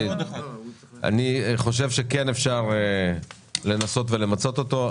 אני חושב שכן אפשר לנסות ולמצות אותו.